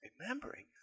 Remembering